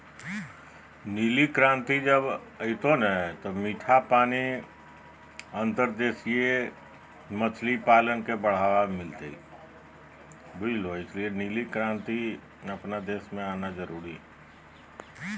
नीली क्रांति आवे से मीठे पानी या अंतर्देशीय मत्स्य पालन के बढ़ावा मिल लय हय